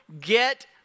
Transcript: get